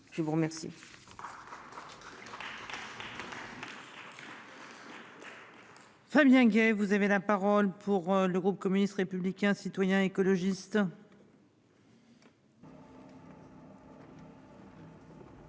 Je vous remercie.